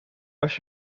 als